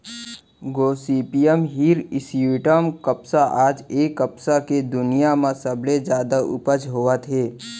Gossypium hirsutum कपसा आज ए कपसा के दुनिया म सबले जादा उपज होवत हे